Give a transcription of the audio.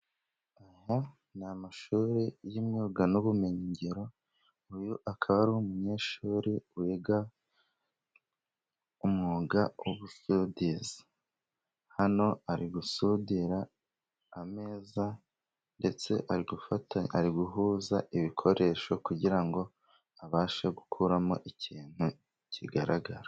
Aya ni amashuri y'imyuga n'ubumenyigiro, uyu akaba ari umunyeshuri wiga umwuga w'ubusudizi, hano ari gusudira ameza, ndetse ari guhuza ibikoresho, kugira ngo abashe gukuramo ikintu kigaragara.